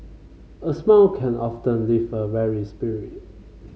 a smile can often lift a weary spirit